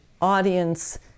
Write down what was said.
audience